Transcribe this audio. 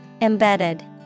Embedded